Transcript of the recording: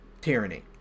tyranny